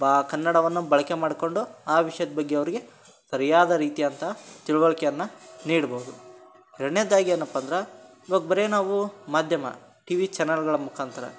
ಬಾ ಕನ್ನಡವನ್ನು ಬಳಕೆ ಮಾಡಿಕೊಂಡು ಆ ವಿಷ್ಯದ ಬಗ್ಗೆ ಅವರಿಗೆ ಸರಿಯಾದ ರೀತಿಯಾದಂಥ ತಿಳುವಳಿಕೆ ಅನ್ನು ನೀಡ್ಬೋದು ಎರಡನೇದ್ದಾಗಿ ಏನಪ್ಪ ಅಂದ್ರೆ ಇವಾಗ ಬರೀ ನಾವು ಮಾಧ್ಯಮ ಟಿವಿ ಚಾನಲ್ಗಳ ಮುಖಾಂತರ